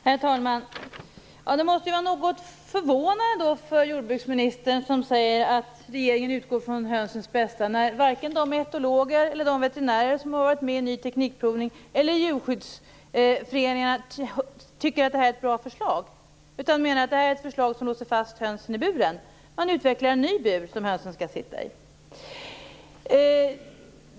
Herr talman! Det måste vara något förvånande för jordbruksministern, som säger att regeringen utgår från hönsens bästa, att varken de etologer eller de veterinärer som varit med vid provning av ny teknik och inte heller djurskyddsföreningar tycker att det är ett bra förslag. Man menar att förslaget innebär att hönsen låses fast i buren. En ny bur utvecklas som hönsen skall sitta i.